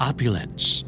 Opulence